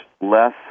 less